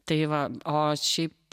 tai va o šiaip